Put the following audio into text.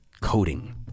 coding